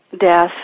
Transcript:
death